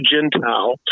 Gentile